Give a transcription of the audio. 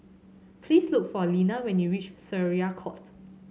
please look for Lena when you reach Syariah Court